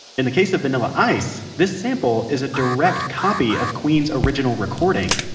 in the case of vanilla ice, this sample is a direct copy of queen's original recording.